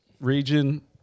region